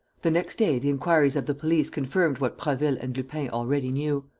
the next day the inquiries of the police confirmed what prasville and lupin already knew.